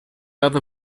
other